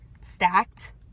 stacked